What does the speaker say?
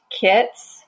kits